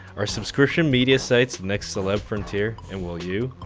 are subscription media sites next celeb frontier? and will you?